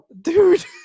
dude